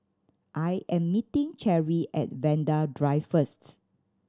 I am meeting Cherrie at Vanda Drive first